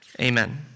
Amen